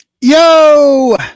Yo